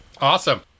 Awesome